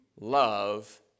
love